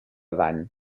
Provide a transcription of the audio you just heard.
dany